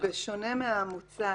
בשונה מהמוצע,